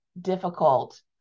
Difficult